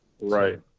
right